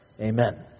Amen